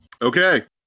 Okay